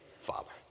Father